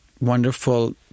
wonderful